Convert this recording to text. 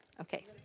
Okay